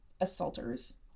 assaulters